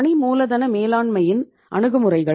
பணி மூலதன மேலாண்மையின் அணுகுமுறைகள்